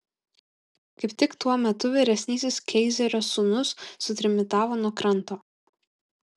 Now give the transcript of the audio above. kaip tik tuo metu vyresnysis keizerio sūnus sutrimitavo nuo kranto